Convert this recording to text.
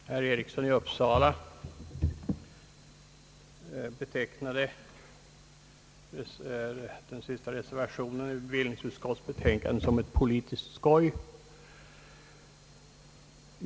Herr talman! Herr Eriksson i Uppsala betecknade den sista reservationen i bevillningsutskottets betänkande som ett »politiskt skoj».